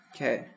Okay